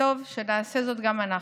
וטוב שנעשה זאת גם אנחנו.